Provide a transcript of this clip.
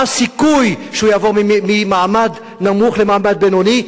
מה הסיכוי שהוא יעבור ממעמד נמוך למעמד בינוני,